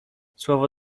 słowo